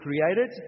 created